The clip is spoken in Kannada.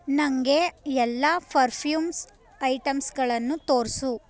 ನನಗೆ ಎಲ್ಲ ಪರ್ಫ್ಯೂಮ್ಸ್ ಐಟಮ್ಸ್ಗಳನ್ನು ತೋರಿಸು